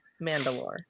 Mandalore